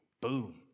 boom